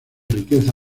riqueza